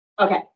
Okay